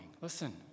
listen